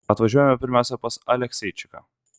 atvažiuojame pirmiausia pas alekseičiką